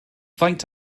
faint